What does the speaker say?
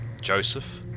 Joseph